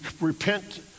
repent